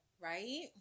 Right